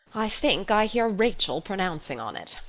i think i hear rachel pronouncing on it.